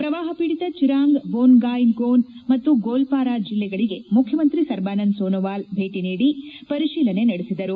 ಪ್ರವಾಹ ಪೀಡಿತ ಚಿರಾಂಗ್ ಬೋನ್ಗಾಯ್ಗೋನ್ ಮತ್ತು ಗೋಲ್ಪಾರ ಜಿಲ್ಲೆಗಳಿಗೆ ಮುಖ್ಚಮಂತ್ರಿ ಸರ್ಬಾನಂದ ಸೋನೊವಾಲ್ ನಿನ್ನೆ ಭೇಟಿ ನೀಡಿ ಪರಿಶೀಲನೆ ನಡೆಸಿದರು